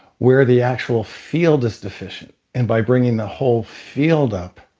where the actual field is deficient and by bringing the whole field up,